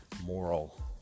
moral